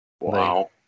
Wow